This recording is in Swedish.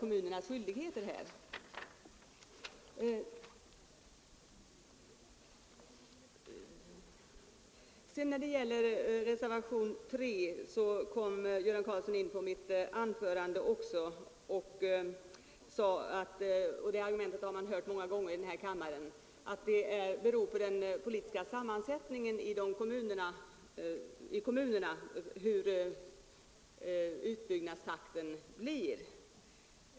Beträffande reservationen 3 anförde herr Göran Karlsson vidare — och det argumentet har man hört många gånger här i kammaren — att det beror på den politiska sammansättningen i kommunerna hur utbyggnadstakten blir.